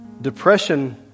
Depression